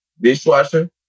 dishwasher